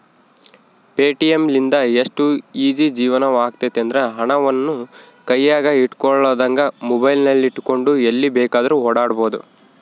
Paytm ಲಿಂದ ಎಷ್ಟು easy ಜೀವನವಾಗೆತೆಂದ್ರ, ಹಣವನ್ನು ಕೈಯಗ ಇಟ್ಟುಕೊಳ್ಳದಂಗ ಮೊಬೈಲಿನಗೆಟ್ಟುಕೊಂಡು ಎಲ್ಲಿ ಬೇಕಾದ್ರೂ ಓಡಾಡಬೊದು